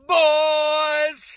boys